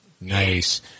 nice